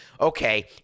Okay